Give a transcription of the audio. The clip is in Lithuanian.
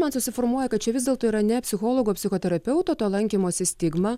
man susiformuoja kad čia vis dėlto yra ne psichologo psichoterapeuto to lankymosi stigma